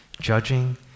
judging